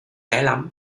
con